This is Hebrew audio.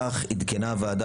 כך עדכנה הוועדה,